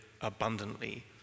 abundantly